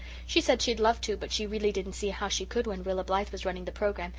she said she'd love to but she really didn't see how she could when rilla blythe was running the programme,